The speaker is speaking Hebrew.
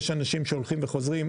יש אנשים שהולכים וחוזרים.